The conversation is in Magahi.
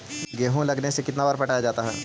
गेहूं लगने से कितना बार पटाया जाता है?